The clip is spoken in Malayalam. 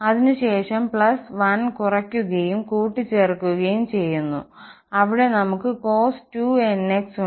അതിനുശേഷം പ്ലസ് 1 കുറയ്ക്കുകയും കൂട്ടിച്ചേർക്കുകയും ചെയ്യുന്നു അവിടെ നമുക്ക് cos2nx ഉണ്ട്